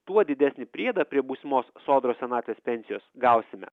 tuo didesnį priedą prie būsimos sodros senatvės pensijos gausime